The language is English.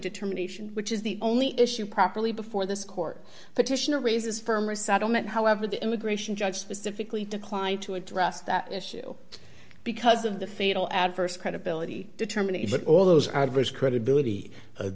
determination which is the only issue properly before this court petitioner raises firm resettlement however the immigration judge specifically declined to address that issue because of the fatal adverse credibility determine if all those are very credibility